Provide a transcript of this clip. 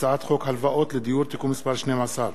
הצעת חוק הלוואות לדיור (תיקון מס' 12)